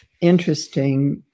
interesting